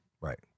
right